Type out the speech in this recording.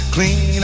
Clean